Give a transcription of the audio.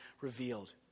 revealed